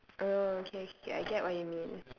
oh okay okay I get what you mean